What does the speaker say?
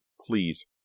please